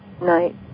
night